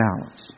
balance